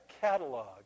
catalog